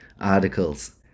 articles